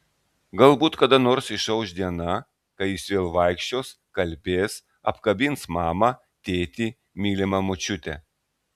galbūt kada nors išauš diena kai jis vėl vaikščios kalbės apkabins mamą tėtį mylimą močiutę